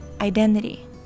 identity